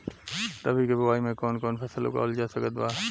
रबी के बोआई मे कौन कौन फसल उगावल जा सकत बा?